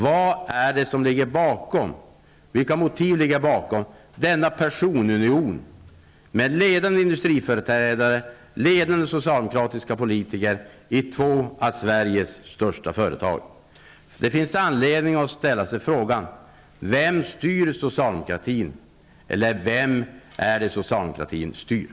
Vilka motiv är det som ligger bakom denna personunion med ledande industriföreträdare och ledande socialdemokratiska politiker i två av Sveriges största företag? Det finns anledning att ställa sig frågan: Vem styr socialdemokratin? Eller: Vem är det socialdemokratin styr?